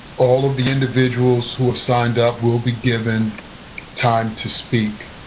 all of the individuals who have signed up will be given time to speak.